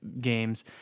games